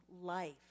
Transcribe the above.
life